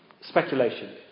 Speculation